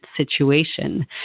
situation